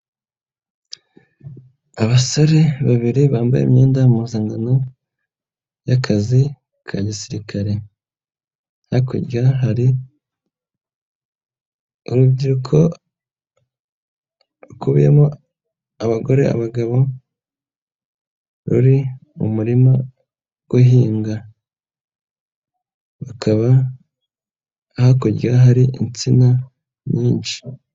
Abasore babiri bambaye imyenda y'impuzankano y'akazi ka gisirikare, hakurya hari urubyiruko rukubiyemo abagore, abagabo ruri mu murima guhinga, bakaba hakurya hari insina nyinshi.